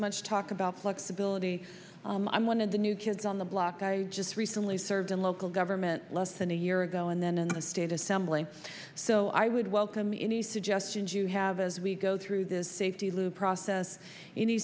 much talk about flexibility i'm one of the new kids on the block i just recently served in local government less than a year ago and then in the state assembly so i would welcome any suggestions you have as we go through this safety lou process any